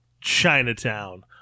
chinatown